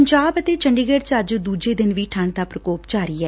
ਪੰਜਾਬ ਅਤੇ ਚੰਡੀਗੜੁ ਚ ਅੱਜ ਦੂਜੇ ਦਿਨ ਵੀ ਠੰਡ ਦਾ ਪ੍ਰਕੋਪ ਜਾਰੀ ਐ